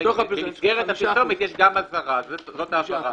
במסגרת הפרסומת יש גם אזהרה זו ההבהרה.